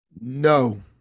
No